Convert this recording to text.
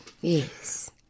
yes